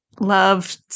love